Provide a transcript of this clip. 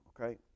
okay